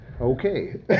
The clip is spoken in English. Okay